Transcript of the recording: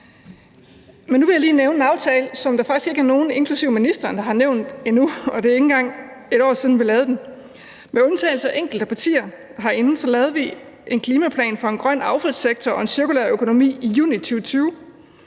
nu vil jeg lige nævne en aftale, der faktisk ikke er nogen inklusive kulturministeren, der har nævnt endnu, og det er ikke engang 1 år siden, vi lavede den. Med undtagelse af enkelte partier herinde lavede vi en klimaplan for en grøn affaldssektor og en cirkulær økonomi i juni 2020.